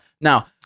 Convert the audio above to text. Now